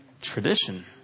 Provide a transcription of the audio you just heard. tradition